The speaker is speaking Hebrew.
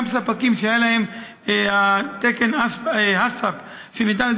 גם ספקים שהיה להם תקן HACCP שניתן על